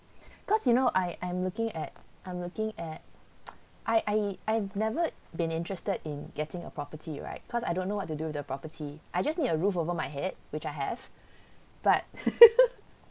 cause you know I I'm looking at I'm looking at I I I've never been interested in getting a property right cause I don't know what to do with the property I just need a roof over my head which I have but